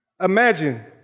Imagine